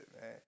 man